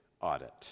audit